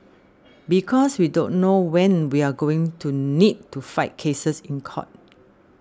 because we don't know when we're going to need to fight cases in court